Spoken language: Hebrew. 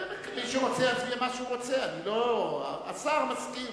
מי שרוצה להצביע, יצביע מה שהוא רוצה, השר מסכים,